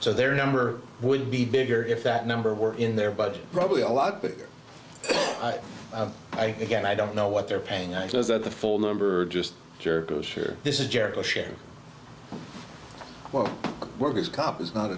so their number would be bigger if that number were in their budget probably a lot but i again i don't know what they're paying i says that the full number just jericho's sure this is jericho share what were his compass not